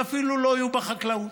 ואפילו לא יהיו בחקלאות.